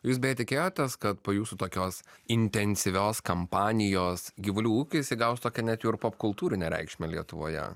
jūs beje tikėjotės kad po jūsų tokios intensyvios kampanijos gyvulių ūkis įgaus tokią net jau ir popkultūrinę reikšmę lietuvoje